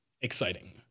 exciting